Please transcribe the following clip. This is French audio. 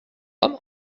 homme